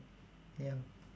ya